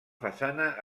façana